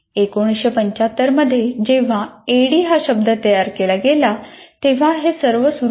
1975 मध्ये जेव्हा ऍडी हा शब्द तयार केला गेला तेव्हा हे सर्व सुरु झाले